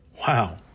Wow